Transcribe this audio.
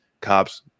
cops